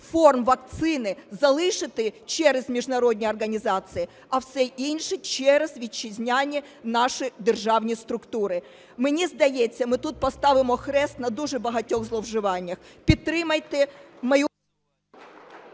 форм вакцини залишити – через міжнародні організації, а все інше – через вітчизняні наші державні структури. Мені здається, ми тут поставимо хрест на дуже багатьох зловживаннях. Підтримайте мою...